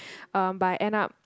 but I end up